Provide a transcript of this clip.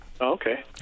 Okay